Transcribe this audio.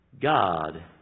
God